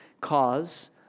cause